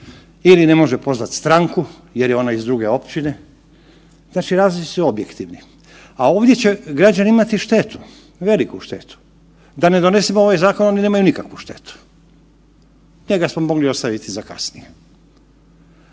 ili ne može pozvati stranku jer je ona iz druge općine, znači razlozi su objektivni. A ovdje će građani imati štetu, veliku štetu. Da ne donesemo ovaj zakon oni nemaju nikakvu štetu. Njega smo mogli ostaviti za kasnije.